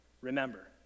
remember